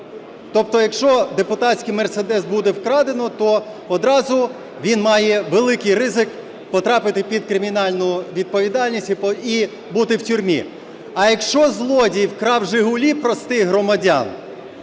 Тобто, якщо депутатський "Мерседес" буде вкрадено, то одразу він має великий ризик потрапити під кримінальну відповідальність і бути в тюрмі. А якщо злодій вкрав "Жигулі" простих громадян,